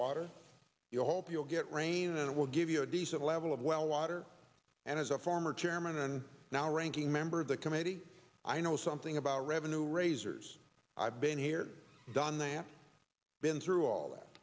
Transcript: water your hope you'll get rain and it will give you a decent level of well water and as a former chairman and now ranking member of the committee i know something about revenue raisers i've been here done that been through all that